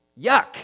Yuck